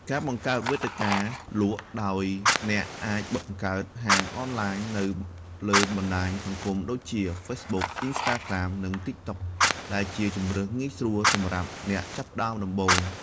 ការបង្កើតវេទិកាលក់ ដោយអ្នកអាចបង្កើតហាងអនឡាញនៅលើបណ្ដាញសង្គមដូចជា ហ្វេសបុក អ៊ីនស្តាក្រាម និង តិកតុក ដែលជាជម្រើសងាយស្រួលសម្រាប់អ្នកចាប់ផ្ដើមដំបូង។